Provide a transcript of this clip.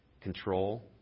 control